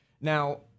now